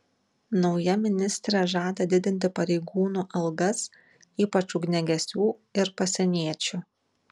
nauja ministrė žada didinti pareigūnų algas ypač ugniagesių ir pasieniečių